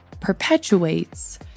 perpetuates